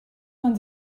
man